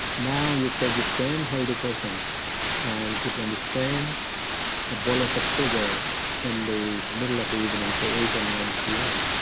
now you take the same healthy person and give them the same ah bolus of sugar in the middle of the evening, say eight or nine p m,